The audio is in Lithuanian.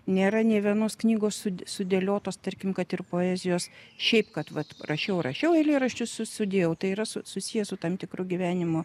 nėra nė vienos knygos su sudėliotos tarkim kad ir poezijos šiaip kad vat rašiau rašiau eilėraščius su sudėjau tai yra su susiję su tam tikru gyvenimo